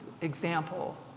example